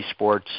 eSports